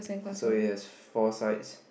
so it has four sides